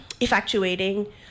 effectuating